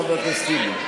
חבר הכנסת טיבי?